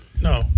No